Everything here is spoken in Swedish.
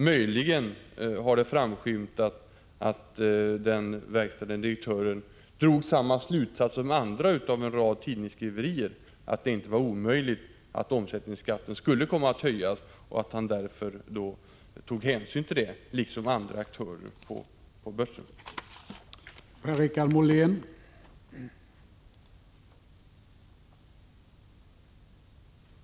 Möjligen har det framskymtat att den verkställande direktören drog samma slutsats som andra av en rad tidningsskriverier, nämligen att det inte var omöjligt att omsättningsskatten skulle komma att höjas och att han därför tog hänsyn till detta, vilket också andra aktörer på börsen gjorde.